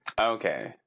Okay